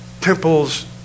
temples